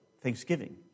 thanksgiving